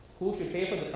who could paypal